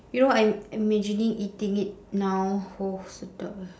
you know what I'm imagining eating it now !whoa! sedapnya